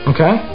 Okay